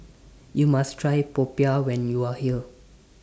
YOU must Try Popiah when YOU Are here